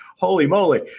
holy moly.